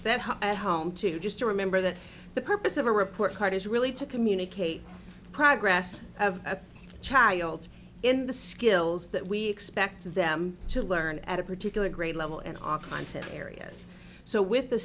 at home to just to remember that the purpose of a report card is really to communicate progress of a child in the skills that we expect them to learn at a particular grade level and off on to areas so with the